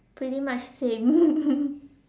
pretty much same